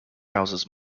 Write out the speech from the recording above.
houses